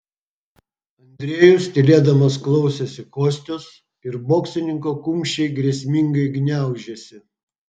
andrejus tylėdamas klausėsi kostios ir boksininko kumščiai grėsmingai gniaužėsi